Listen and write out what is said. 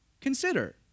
Consider